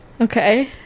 Okay